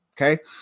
okay